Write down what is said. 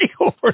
over